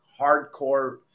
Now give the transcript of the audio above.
hardcore